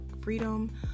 freedom